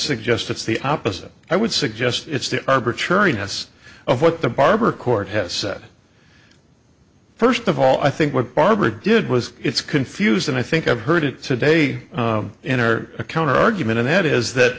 suggest it's the opposite i would suggest it's the arbitrariness of what the barber court has said first of all i think what barbara did was it's confused and i think i've heard it today in her counterargument and that is that